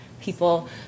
people